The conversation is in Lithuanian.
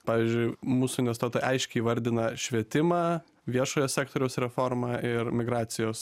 pavyzdžiui mūsų investuotojai aiškiai įvardina švietimą viešojo sektoriaus reformą ir migracijos